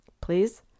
please